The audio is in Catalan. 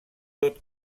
tot